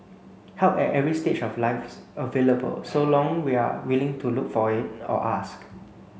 help at every stage of life is available so long we are willing to look for it or ask